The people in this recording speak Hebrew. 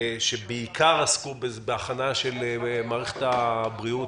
שעסקו בעיקר בהכנה של מערכת הבריאות,